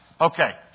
Okay